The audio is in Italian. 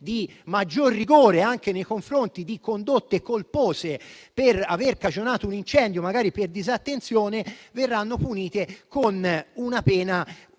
di maggior rigore anche nei confronti di condotte colpose per aver cagionato un incendio, magari per disattenzione; ebbene, tali condotte